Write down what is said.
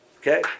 Okay